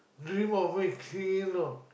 dream of making it you know